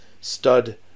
stud